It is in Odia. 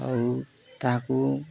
ଆଉ ତାହାକୁ